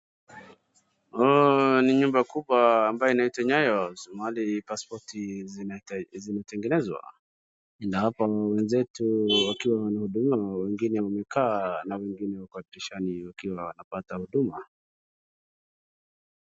Ni nyumba kubwa ambayo inaitwa nyayo, Somali paspoti zimetengenezwa na hapo wenzetu wakiwa wanahudumiwa wakiwa wamekaa na wengine wako dirishani wakipata huduma.